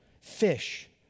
fish